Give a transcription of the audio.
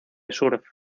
surf